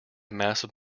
massive